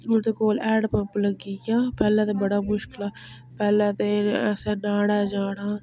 हून ते कोल हैडपन्प लग्गी गेआ पैह्ले ते बड़ा मुश्कल हा पैह्ले ते असें न्हाना जाना